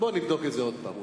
בוא נבדוק את זה עוד פעם.